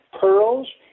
pearls